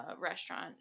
restaurant